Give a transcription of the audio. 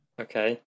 Okay